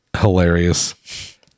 Hilarious